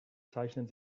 zeichnen